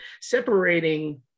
separating